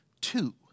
two